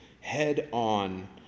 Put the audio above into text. head-on